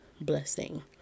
blessing